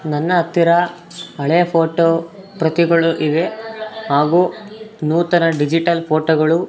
ನನ್ನ ಹತ್ತಿರ ಹಳೆಯ ಫೋಟೋ ಪ್ರತಿಗಳು ಇವೆ ಹಾಗೂ ನೂತನ ಡಿಜಿಟಲ್ ಫೋಟೋಗಳು